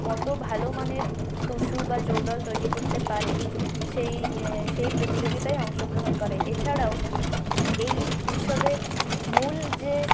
কত ভালো মানের টুসু বা চৌডল তৈরি করতে পারে সেই সেই প্রতিযোগিতায় অংশগ্রহণ করে এ ছাড়াও এই উৎসবের মূল যে